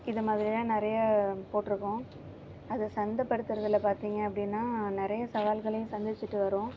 இதுமாதிரிலாம் நிறைய போட்டிருக்கோம் அதை சந்தை படுத்துறதில் பார்த்திங்க அப்படின்னா நிறைய சவால்களையும் சந்திச்சிட்டு வரோம்